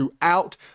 throughout